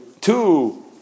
two